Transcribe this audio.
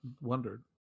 wondered